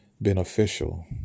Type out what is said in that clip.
beneficial